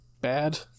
bad